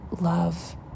love